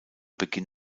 beginn